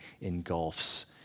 engulfs